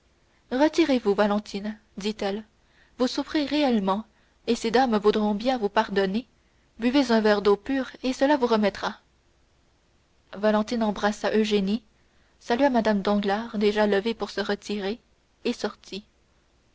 retirez-vous valentine dit-elle vous souffrez réellement et ces dames voudront bien vous pardonner buvez un verre d'eau pure et cela vous remettra valentine embrassa eugénie salua mme danglars déjà levée pour se retirer et sortit